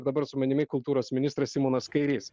dabar su manimi kultūros ministras simonas kairys